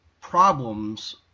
problems